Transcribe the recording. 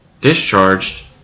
discharged